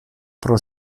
pro